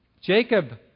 Jacob